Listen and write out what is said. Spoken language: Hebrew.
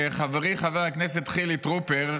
חברי חבר הכנסת חילי טרופר,